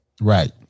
Right